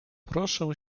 proszę